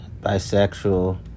bisexual